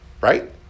right